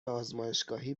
آزمایشگاهی